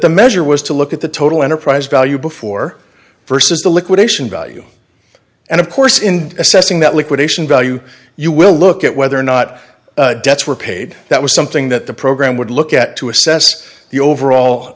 the measure was to look at the total enterprise value before versus the liquidation value and of course in assessing that liquidation value you will look at whether or not debts were paid that was something that the program would look at to assess the overall